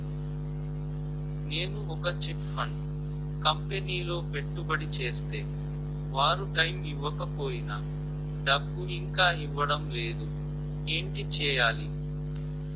నేను ఒక chit fund కంపెనీలో పెట్టుబడి చేస్తే వారు టైమ్ ఇవ్వకపోయినా డబ్బు ఇంకా ఇవ్వడం లేదు ఏంటి చేయాలి?